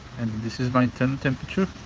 and this is my temperature.